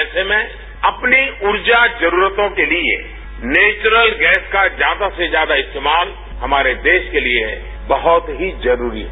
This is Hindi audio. ऐसे में अपनी ऊर्जा जरूरतों के लिए नैच्रल गैस का ज्यादा से ज्यादा इस्तेमाल हमारे देश के लिए बहुत ही जरूरी है